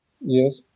Yes